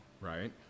right